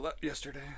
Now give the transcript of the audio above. yesterday